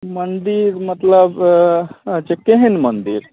मन्दिर मतलब अच्छा केहन मन्दिर